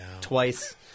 Twice